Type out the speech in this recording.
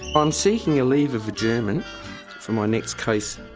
i'm seeking a leave of adjournment for my next case.